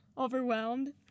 overwhelmed